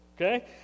Okay